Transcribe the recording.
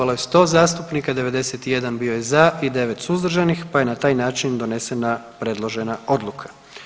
Glasovalo je 100 zastupnika, 91 bio je za i 9 suzdržanih pa je na taj način donesena predložena odluka.